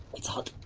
it's hot.